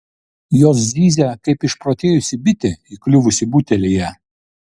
jos zyzia kaip išprotėjusi bitė įkliuvusi butelyje